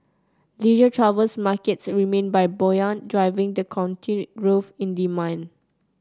leisure travel markets remained buoyant driving the continued growth in demand